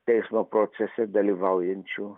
teismo procese dalyvaujančių